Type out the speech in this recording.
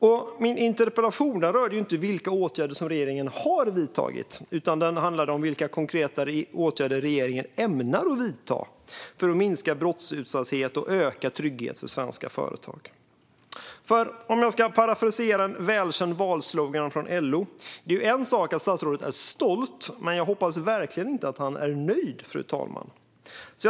Och min interpellation rörde inte vilka åtgärder regeringen har vidtagit utan vilka konkreta åtgärder regeringen ämnar vidta för att minska brottsutsattheten och öka tryggheten för svenska företag. Låt mig parafrasera en välkänd valslogan från LO: Det är en sak att statsrådet är stolt, men jag hoppas verkligen att han inte är nöjd.